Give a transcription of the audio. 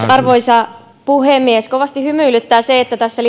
arvoisa puhemies kovasti hymyilyttää se että tässä